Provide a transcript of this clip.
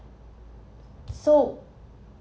so